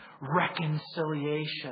reconciliation